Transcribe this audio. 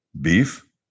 beef